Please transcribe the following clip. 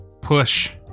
push